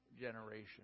generation